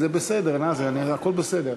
זה בסדר, נאזם, הכול בסדר.